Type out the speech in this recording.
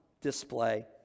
display